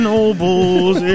Noble's